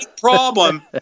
problem